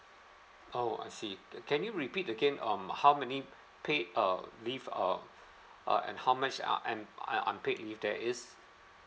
oh I see can can you repeat again um how many paid uh leave uh uh and how much are un~ and unpaid leave there is